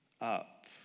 up